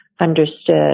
understood